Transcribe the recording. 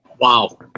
wow